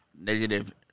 negative